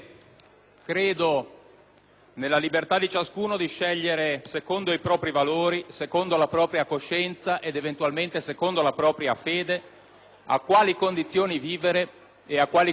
nella libertà di ciascuno di scegliere secondo i propri valori, secondo la propria coscienza e, eventualmente, secondo la propria fede a quali condizioni vivere e a quali condizioni morire.